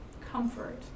comfort